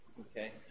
Okay